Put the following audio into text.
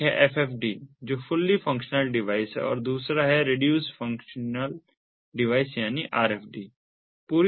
एक है FFD जो फुल्ली फंक्शनल डिवाइस है और दूसरा एक रेडयूस्ड फंक्शनल डिवाइस यानी RFD है